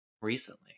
recently